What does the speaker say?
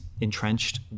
entrenched